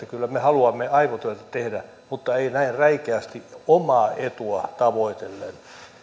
kyllä me haluamme aivotyötä tehdä mutta emme näin räikeästi omaa etua tavoitellen